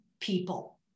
people